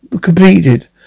completed